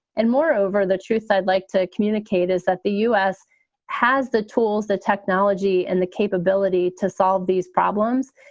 and moreover, the truth i'd like to communicate is that the us has the tools, the technology and the capability to solve these problems.